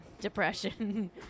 depression